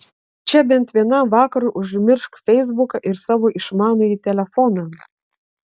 čia bent vienam vakarui užmiršk feisbuką ir savo išmanųjį telefoną